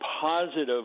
positive